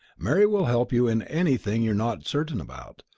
mary will help you in anything you're not certain about.